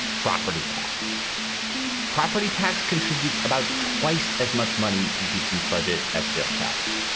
property tax property tax contributes about twice as much money to houston's budget as sales tax.